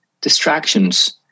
distractions